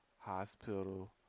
hospital